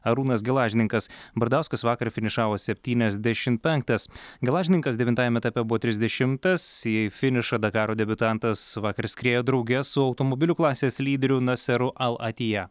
arūnas gelažninkas bardauskas vakar finišavo septyniasdešim penktas gelažninkas devintajame etape buvo trisdešimtas į finišą dakaro debiutantas vakar skriejo drauge su automobilių klasės lyderiu naseru al atija